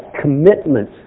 commitment